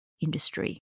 industry